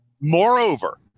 Moreover